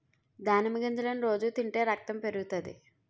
దానిమ్మ గింజలను రోజు తింటే రకతం పెరుగుతాది